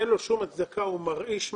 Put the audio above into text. אין לו שום הצדקה, הוא מרעיש מאוד.